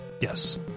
Yes